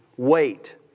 Wait